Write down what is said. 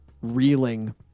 reeling